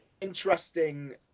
interesting